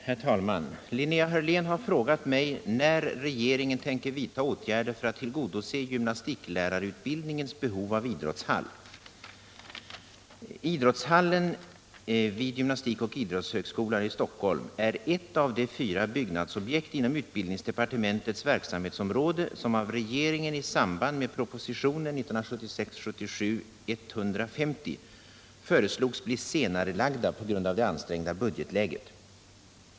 Herr talman! Linnea Hörlén har frågat mig när regeringen tänker vidta åtgärder för att tillgodose gymnastiklärarutbildningens behov av idrottshall. Idrottshallen vid gymnastikoch idrottshögskolan i Stockholm är ett av de fyra byggnadsobjekt inom utbildningsdepartementets verksamhetsområde som av regeringen i samband med propositionen 1976/77:150 föreslogs bli senarelagda på grund av det ansträngda budgetläget.